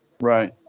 right